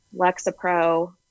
Lexapro